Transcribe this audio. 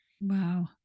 wow